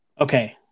Okay